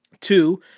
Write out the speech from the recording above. Two